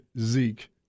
Zeke